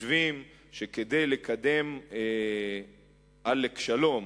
חושבים שכדי לקדם עלק שלום,